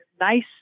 nice